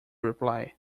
reply